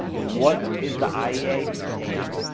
what is the iea stand